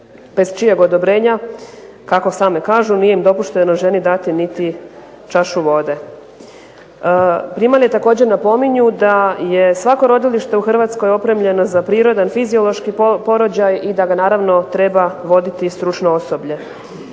bez čijeg odobrenja kako same kažu nije im dopušteno ženi dati niti čašu vode. Primalje također napominju da je svako rodilište u Hrvatskoj opremljeno za prirodan, fiziološki porođaj i da ga naravno treba voditi stručno osoblje.